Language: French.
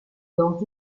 dans